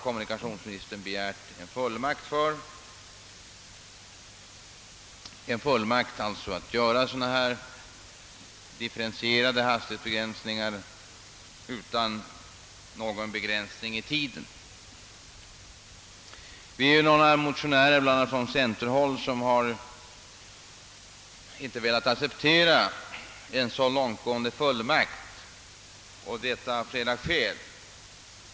Kommunikationsministern har nu begärt en fullmakt att införa sådana differentierade hastighetsbegränsningar utan någon angiven tidsgräns. Vi är några motionärer, bl.a. från centerhåll, som inte vill acceptera en så långtgående fullmakt, detta av flera skäl.